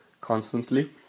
constantly